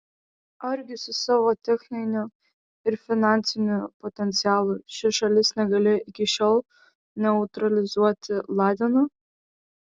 argi su savo techniniu ir finansiniu potencialu ši šalis negalėjo iki šiol neutralizuoti ladeno